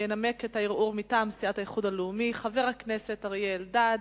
ינמק את הערעור מטעם סיעת האיחוד הלאומי חבר הכנסת אריה אלדד.